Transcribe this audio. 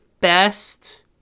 best